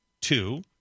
Two